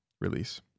release